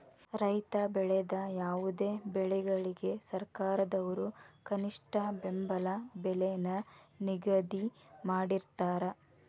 ರೈತ ಬೆಳೆದ ಯಾವುದೇ ಬೆಳೆಗಳಿಗೆ ಸರ್ಕಾರದವ್ರು ಕನಿಷ್ಠ ಬೆಂಬಲ ಬೆಲೆ ನ ನಿಗದಿ ಮಾಡಿರ್ತಾರ